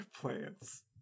plants